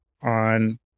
on